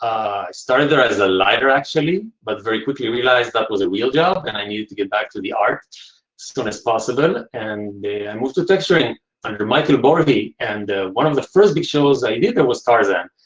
i started there as a lighter actually but very quickly realized that was a real job and i needed to get back to the art soon as possible. and i moved to texturing under michael barbie. and one of the first big shows i did there was tarzan.